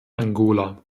angola